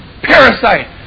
Parasite